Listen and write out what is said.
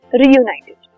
reunited